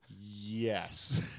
Yes